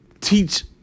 teach